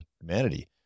humanity